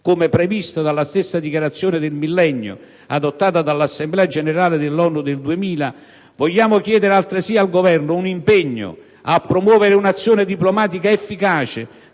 come previsto dalla stessa Dichiarazione del Millennio, adottata dall'Assemblea generale dell'ONU nel 2000 - vogliamo chiedere altresì al Governo un impegno a promuovere un'azione diplomatica efficace,